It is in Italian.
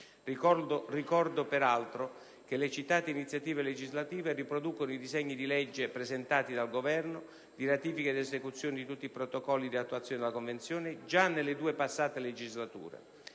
Ricordo peraltro che le citate iniziative legislative riproducono i disegni di legge presentati dal Governo, di ratifica ed esecuzione di tutti i Protocolli di attuazione della Convenzione, già nelle due passate legislature.